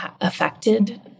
affected